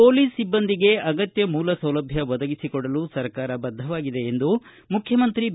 police ಸಿಬ್ಬಂದಿಗೆ ಅಗತ್ಯ ಮೂಲ ಸೌಲಭ್ಯ ಒದಗಿಸಿಕೊಡಲು ಸರ್ಕಾರ ಬದ್ದ ಎಂದು ಮುಖ್ಯಮಂತ್ರಿ ಬಿ